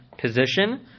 position